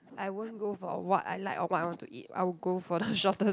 I won't go for what I like or what I want to eat I will go for the shortest